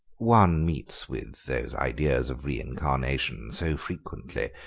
one meets with those ideas of reincarnation so frequently,